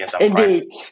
Indeed